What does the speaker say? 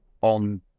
on